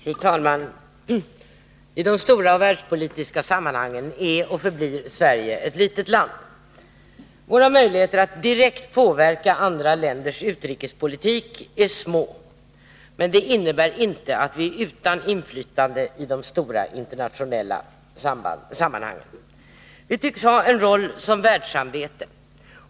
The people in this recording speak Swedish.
Fru talman! I de stora världspolitiska sammanhangen är och förblir Sverige ettlitet land. Våra möjligheter att direkt påverka andra länders utrikespolitik är små. Men det innebär inte att vi är utan inflytande i de stora internationella : sammanhangen. Vi tycks ha en roll som världssamvete.